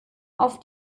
auf